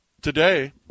today